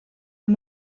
und